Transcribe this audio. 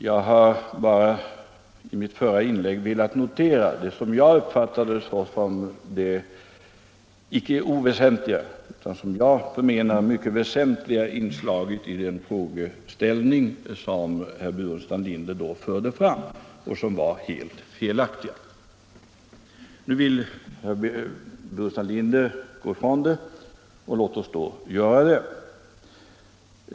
Jag ville bara notera vad jag uppfattade som det icke oväsentliga utan mycket väsentliga inslaget i den frågeställning som herr Burenstam Linder då förde fram och som var helt felaktigt. Nu vill herr Burenstam Linder gå ifrån det, och låt oss då göra det.